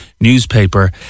newspaper